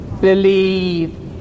believe